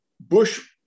Bush